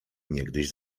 niegdyś